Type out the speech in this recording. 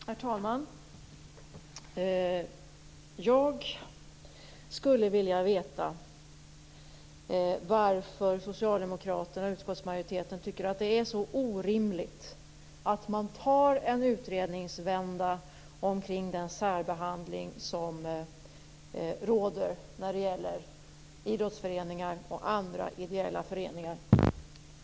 Herr talman! Jag skulle vilja veta varför socialdemokraterna i utskottsmajoriteten tycker att det är så orimligt att man tar en utredningsvända omkring den särbehandling som råder när det gäller idrottsföreningar och andra ideella föreningar.